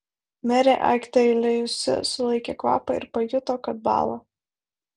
merė aiktelėjusi sulaikė kvapą ir pajuto kad bąla